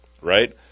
right